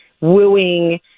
wooing